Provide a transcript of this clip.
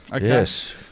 yes